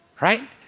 Right